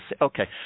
okay